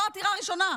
זו לא עתירה ראשונה,